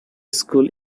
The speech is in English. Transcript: school